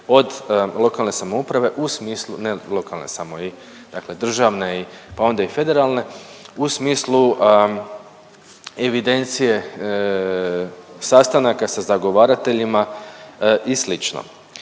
od lokalne samouprave u smislu, ne lokalne samo i dakle državne, pa onda i federalne, u smislu evidencije sastanaka sa zagovarateljima i